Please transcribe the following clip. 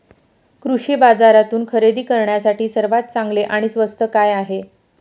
कृषी बाजारातून खरेदी करण्यासाठी सर्वात चांगले आणि स्वस्त काय आहे?